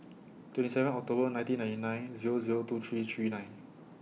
twenty seven October nineteen ninety nine Zero Zero two three three nine